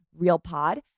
REALPOD